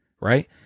Right